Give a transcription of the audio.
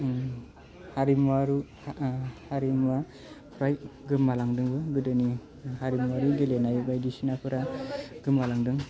हारिमुवा हारिमुवा फ्राय गोमालांदोंबो गोदोनि हारिमुवारि गेलेनाय बायदिसिनाफोरा गोमालांदों